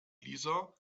lisa